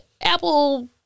Apple